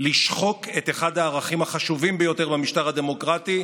לשחוק את אחד הערכים החשובים ביותר במשטר הדמוקרטי,